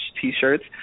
T-shirts